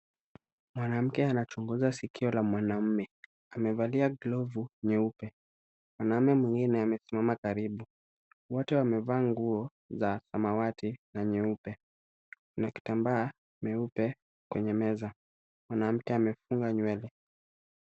Mwanamke anachunguza sikio la mwanaume. Amevalia glovu nyeupe. Mwanaume mwingine amesimama karibu. Wote wamevaa nguo za samawati na nyeupe. Kuna kitambaa meupe kwenye meza. Mwanamke amefunga nywele.